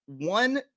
one